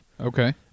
Okay